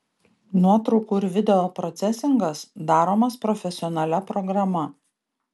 nuotraukų ir video procesingas daromas profesionalia programa